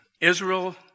Israel